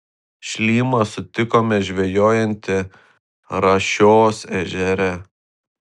šlymą sutikome žvejojantį rašios ežere